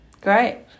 great